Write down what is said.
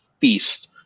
feast